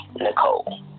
Nicole